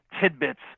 tidbits